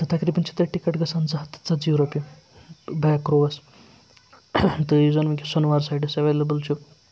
تقریٖباً چھِ تَتہِ ٹِکٹ گژھان زٕ ہَتھ تہٕ ژَتجی رۄپیہِ بیک رووَس تہٕ یُس زَن وٕنۍکٮ۪س سونوار سایڈَس اٮ۪ویلیبٕل چھُ